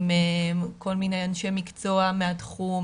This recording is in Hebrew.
עם כל מיני אנשי מקצוע מהתחום,